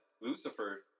Lucifer